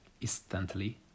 instantly